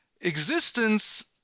existence